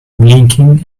blinking